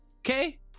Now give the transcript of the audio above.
Okay